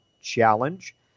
challenge